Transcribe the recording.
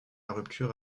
rupture